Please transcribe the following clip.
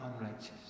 unrighteous